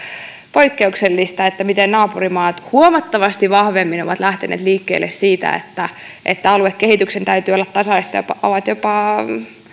poikkeuksellista miten naapurimaat huomattavasti vahvemmin ovat lähteneet liikkeelle siitä että että aluekehityksen täytyy olla tasaista ja ovat jopa